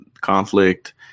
conflict